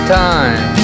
time